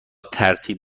ترتیب